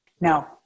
No